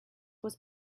was